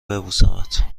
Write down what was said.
ببوسمت